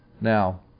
Now